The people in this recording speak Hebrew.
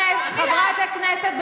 עשית.